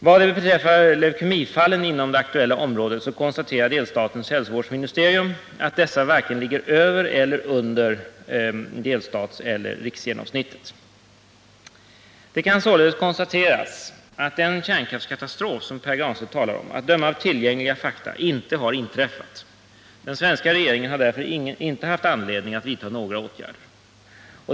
Vad beträffar leukemifallen inom det aktuella området konstaterar delstatens hälsovårdsministerium att dessa varken ligger över eller under delstatseller riksgenomsnittet. Det kan således konstateras att den kärnkraftskatastrof som Pär Granstedt talar om, att döma av tillgängliga fakta, inte har inträffat. Den svenska regeringen har därför inte haft anledning att vidtaga några åtgärder.